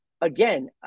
again